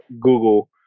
google